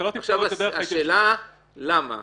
השאלה למה.